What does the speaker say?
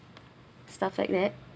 stuff like that